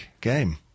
game